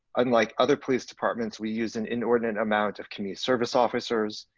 unlike other police departments, we use an inordinate amount of community service officers,